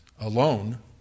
alone